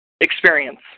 experience